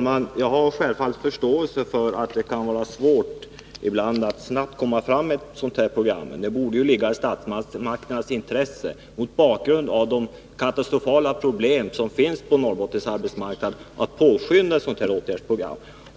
Herr talman! Jag har självfallet förståelse för att det kan vara svårt att snabbt få fram ett åtgärdsprogram, men mot bakgrund av de katastrofala problem som finns på Norrbottens arbetsmarknad borde det ligga i statsmakternas intresse att påskynda arbetet med